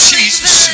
Jesus